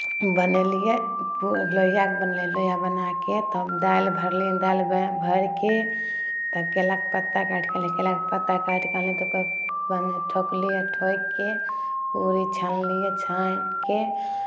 बनेलियै पू लोइआ बनेलियै लोइआ बना कऽ तब दालि भरलियै दालि भरि कऽ तऽ केलाके पत्ता काटि कऽ अनली केलाके पत्ता काटि कऽ अनली तऽ ओकरा ठोकलियै ठोकि कऽ पूरी छानलियै छानि कऽ